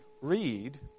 read